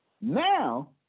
Now